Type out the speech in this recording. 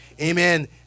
Amen